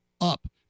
up